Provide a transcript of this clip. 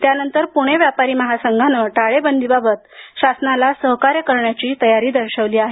त्यानंतर पुणे व्यापारी महासंघाने टाळेबंदीबाबत शासनास सहकार्य करण्याची तयारी दर्शविली आहे